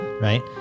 Right